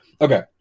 okay